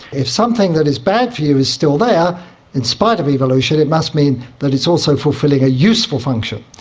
if something that is bad for you is still there in spite of evolution, it must mean that it is also fulfilling a useful function.